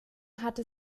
hatte